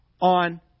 On